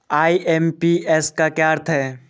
IMPS का क्या अर्थ है?